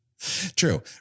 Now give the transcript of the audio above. True